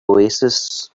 oasis